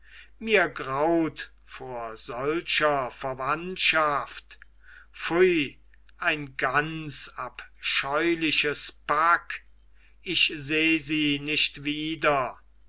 mir graut vor solcher verwandtschaft pfui ein ganz abscheuliches pack ich seh sie nicht wieder